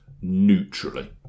neutrally